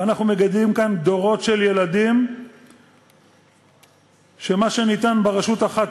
ואנחנו מגדלים כאן דורות של ילדים כשמה שניתן ברשות אחת